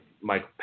Mike